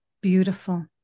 Beautiful